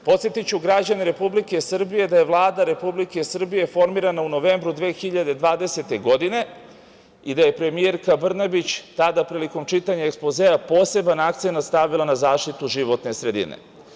Podsetiću građane Republike Srbije da je Vlada Republike Srbije formirana u novembru 2020. godine i da je premijerka Brnabić tada prilikom čitanja ekspozea poseban akcenat stavila na zaštitu životne sredine.